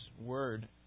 word